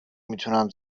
میتونم